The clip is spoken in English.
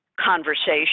conversation